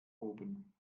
oben